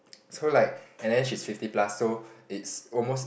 so like and then she's fifty plus so it's almost